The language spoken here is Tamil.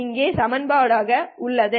இங்கே சமன்பாடு ஆக உள்ளது